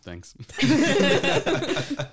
thanks